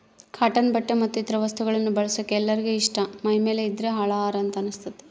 cotton ಬಟ್ಟೆ ಮತ್ತೆ ಇತರ ವಸ್ತುಗಳನ್ನ ಬಳಸಕ ಎಲ್ಲರಿಗೆ ಇಷ್ಟ ಮೈಮೇಲೆ ಇದ್ದ್ರೆ ಹಳಾರ ಅಂತ ಅನಸ್ತತೆ